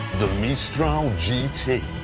the mistral